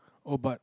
oh but